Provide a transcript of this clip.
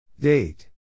Date